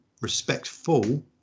respectful